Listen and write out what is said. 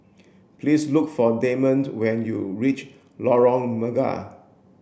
please look for Dameon when you reach Lorong Mega